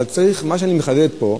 אבל מה שאני מחדד פה,